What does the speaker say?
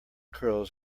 curls